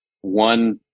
one